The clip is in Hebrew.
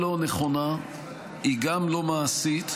אבל --- מה, לא נערכת להשיב?